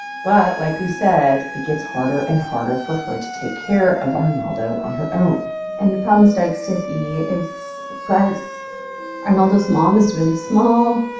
but like we said, it gets harder and harder for her to take care of arnaldo on her own and the problem starts to be is gladys arnaldo's mom is really small.